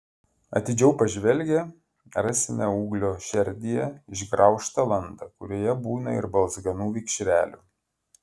atidžiau pažvelgę rasime ūglio šerdyje išgraužtą landą kurioje būna ir balzganų vikšrelių